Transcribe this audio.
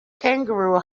kangaroo